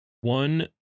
one